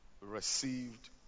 received